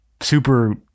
super